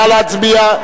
נא להצביע.